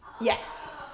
yes